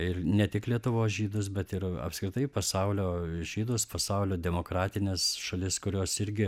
ir ne tik lietuvos žydus bet ir apskritai pasaulio žydus pasaulio demokratines šalis kurios irgi